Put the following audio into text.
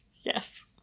Yes